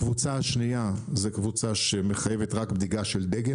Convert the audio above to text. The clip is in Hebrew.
הקבוצה השנייה היא קבוצה שמחייבת רק בדיקה של דגם